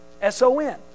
S-O-N